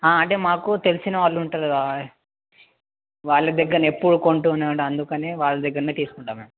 అంటే మాకు తెలిసినవారు ఉంటారు కదా వాళ్ళ దగ్గరనే నేపూడు కొంటూనే ఉంటా అందుకనే వాళ్ళ దగ్గరనే తీసుకుంటాం మ్యాడమ్